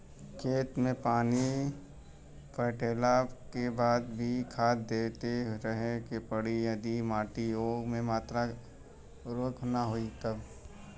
खेत मे पानी पटैला के बाद भी खाद देते रहे के पड़ी यदि माटी ओ मात्रा मे उर्वरक ना होई तब?